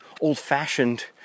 old-fashioned